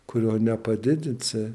kurio nepadidinsi